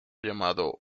llamado